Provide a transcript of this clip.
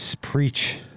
Preach